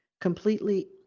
completely